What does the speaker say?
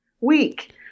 week